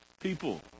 people